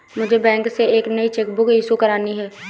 मुझे बैंक से एक नई चेक बुक इशू करानी है